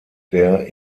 der